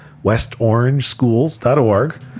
westorangeschools.org